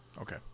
Okay